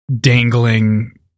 dangling